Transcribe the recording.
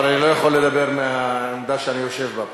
אבל אני לא יכול לדבר מהעמדה שאני יושב בה,